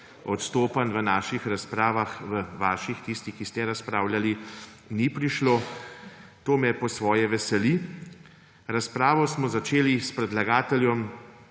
odstopanj v naših razpravah − v vaših, tisti, ki ste razpravljali – ni prišlo. To me po svoje veseli. Razpravo smo začeli s predlagateljem,